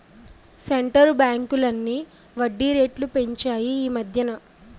centre బ్యాంకులన్నీ వడ్డీ రేట్లు పెంచాయి ఈమధ్యన